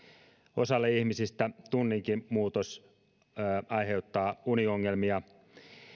osalle ihmisistä tunninkin muutos aiheuttaa uniongelmia